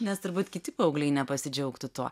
nes turbūt kiti paaugliai nepasidžiaugtų tuo